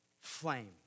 flame